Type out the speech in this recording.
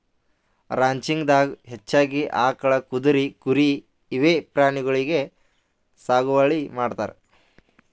ranching ದಾಗಾ ಹೆಚ್ಚಾಗಿ ಆಕಳ್, ಕುದ್ರಿ, ಕುರಿ ಇವೆ ಪ್ರಾಣಿಗೊಳಿಗ್ ಸಾಗುವಳಿ ಮಾಡ್ತಾರ್